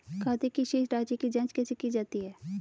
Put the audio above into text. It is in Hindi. खाते की शेष राशी की जांच कैसे की जाती है?